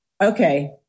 Okay